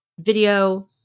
video